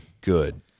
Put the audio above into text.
good